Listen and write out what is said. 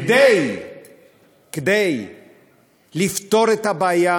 כדי לפתור את הבעיה